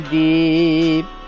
deep